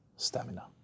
stamina